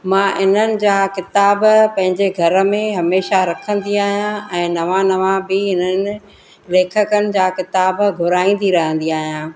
मां इन्हनि जा किताब पंहिंजे घर में हमेशा रखंदी आहियां ऐं नवा नवा बि हिननि लेखकनि जा किताब घुराईंदी रहंदी आहियां